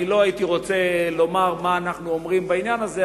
אני לא הייתי רוצה לומר מה אנחנו אומרים בעניין הזה,